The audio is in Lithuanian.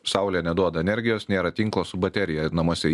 saulė neduoda energijos nėra tinklo su baterija namuose